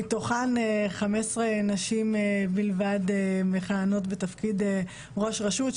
מתוכן 15 נשים בלבד מכהנות בתפקיד ראש רשות,